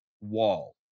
wall